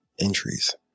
entries